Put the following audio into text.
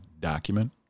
document